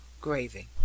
gravy